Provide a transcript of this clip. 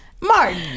Martin